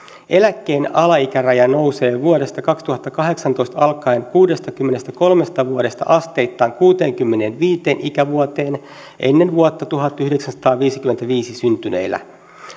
eläkkeen alaikäraja nousee vuodesta kaksituhattakahdeksantoista alkaen kuudestakymmenestäkolmesta vuodesta asteittain kuuteenkymmeneenviiteen ikävuoteen ennen vuotta tuhatyhdeksänsataaviisikymmentäviisi syntyneillä